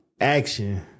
action